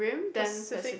Pacific